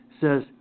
says